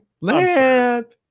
lamp